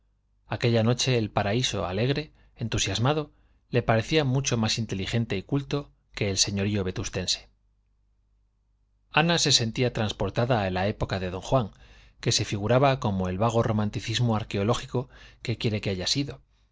aquella noche el paraíso alegre entusiasmado le parecía mucho más inteligente y culto que el señorío vetustense ana se sentía transportada a la época de d juan que se figuraba como el vago romanticismo arqueológico quiere que haya sido y